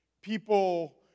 People